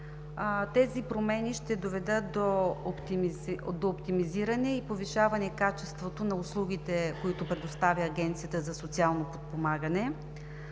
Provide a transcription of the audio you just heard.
Тези промени ще доведат до оптимизиране и повишаване качеството на услугите, които предоставя Агенцията за социално подпомагане.